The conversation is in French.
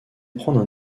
prendre